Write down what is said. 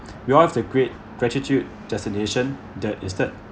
you are the great gratitude destination that is that